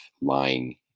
lying